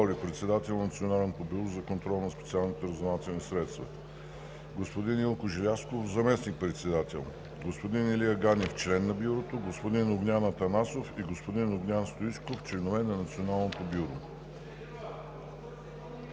председател на Националното бюро за контрол на специалните разузнавателни средства, господин Илко Желязков – заместник-председател, господин Илия Ганев – член на Бюрото, господин Огнян Атанасов и господин Огнян Стоичков – членове на Националното бюро.